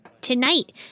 Tonight